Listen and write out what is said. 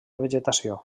vegetació